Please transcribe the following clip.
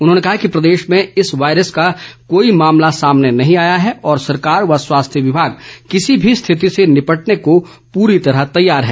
उन्होंने कहा कि प्रदेश भें इस वायरस का कोई मामला सामने नहीं आया है और सरकार व स्वास्थ्य विमाग किसी भी स्थिति से निपटने को पूरी तरह तैयार है